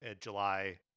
July